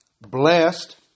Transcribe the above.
blessed